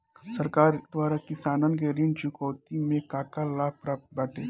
सरकार द्वारा किसानन के ऋण चुकौती में का का लाभ प्राप्त बाटे?